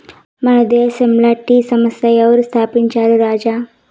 మన దేశంల టీ సంస్థ ఎవరు స్థాపించారు రాజా